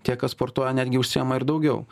tie kas sportuoja netgi užsiima ir daugiau